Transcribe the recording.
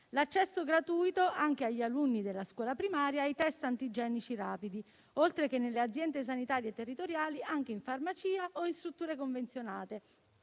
l'accesso gratuito per gli alunni della scuola primaria ai *test* antigenici rapidi, oltre che nelle aziende sanitarie territoriali, anche in farmacia o in strutture convenzionate